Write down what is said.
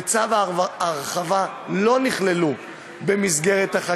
בצו ההרחבה, לא נכללו בחקיקה,